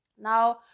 Now